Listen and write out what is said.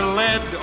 led